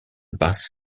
basse